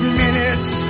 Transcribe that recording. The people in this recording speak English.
minutes